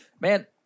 man